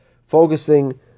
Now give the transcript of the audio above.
focusing